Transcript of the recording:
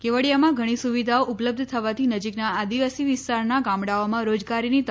કેવડીયામાં ઘણી સુવિધાઓ ઉપલબ્ધ થવાથી નજીકના આદિવાસી વિસ્તારના ગામડાઓમાં રોજગારીની તકો વધી છે